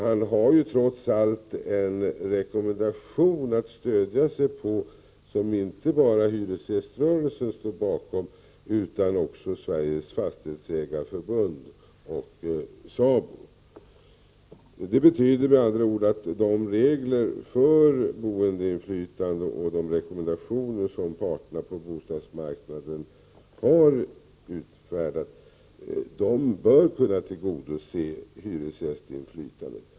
Han har trots allt en rekommendation att stödja sig på, och den står inte bara hyresgäströrelsen bakom utan också Sveriges Fastighetsägareförbund och SABO. Det betyder med andra ord att de regler för boendeinflytande och de rekommendationer som parterna på bostadsmarknaden har utfärdat bör kunna tillgodose hyresgästinflytandet.